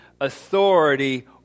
authority